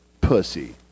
pussy